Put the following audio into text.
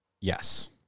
Yes